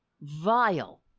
Vile